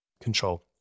control